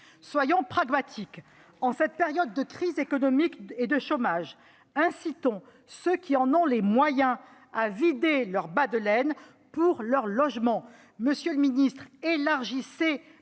Soyons pragmatiques : en cette période de crise économique et de chômage, incitons ceux qui en ont les moyens à vider leur « bas de laine » pour leur logement. Monsieur le ministre, proposez